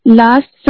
last